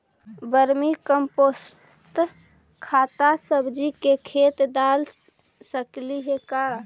Vermi compost खाद सब्जी के खेत दाल सकली हे का?